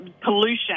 pollution